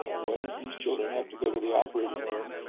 when these children have to go to the operating room,